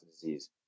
disease